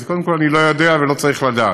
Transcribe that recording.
אז קודם כול, אני לא יודע ולא צריך לדעת.